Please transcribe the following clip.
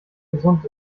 gesund